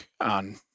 on